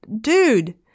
dude